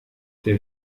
der